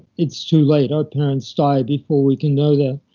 it's too late our parents die before we can know them.